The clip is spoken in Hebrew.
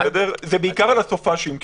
זה בעיקר על הסופ"שים.